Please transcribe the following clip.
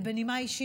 בנימה אישית,